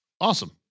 Awesome